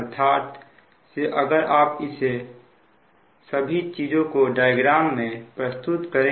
अर्थात से अगर आप इन सभी चीजों को डायग्राम में प्रस्तुत करें